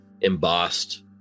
embossed